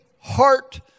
heart